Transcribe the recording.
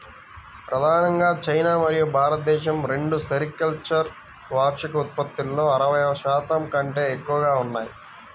ప్రధానంగా చైనా మరియు భారతదేశం రెండూ సెరికల్చర్ వార్షిక ఉత్పత్తిలో అరవై శాతం కంటే ఎక్కువగా ఉన్నాయి